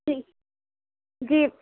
جی جی